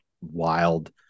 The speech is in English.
wild